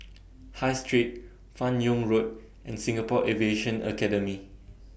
High Street fan Yoong Road and Singapore Aviation Academy